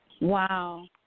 Wow